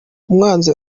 umwanzi